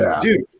Dude